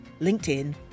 LinkedIn